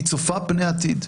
היא צופה פני עתיד.